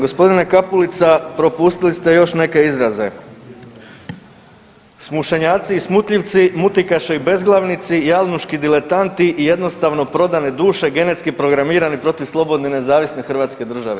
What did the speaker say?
Gospodine Kapulica, propustili ste još neke izraze, smušenjaci i smutljivci, mutikaše i bezglavnici, jalnuški diletanti i jednostavno prodane duše genetski programirane protiv slobodne i nezavisne hrvatske države.